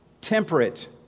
temperate